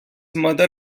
mother